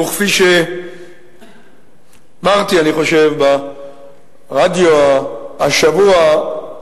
וכפי שאמרתי, אני חושב, ברדיו השבוע,